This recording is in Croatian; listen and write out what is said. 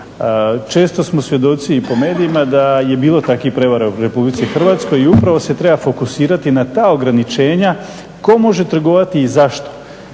Često smo svjedoci i po medijima da je bilo takvih prijevara u Republici Hrvatskoj i upravo se treba fokusirati na ta ograničenja tko može trgovati i zašto.